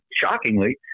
shockingly